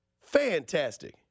Fantastic